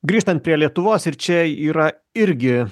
grįžtant prie lietuvos ir čia yra irgi